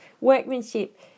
workmanship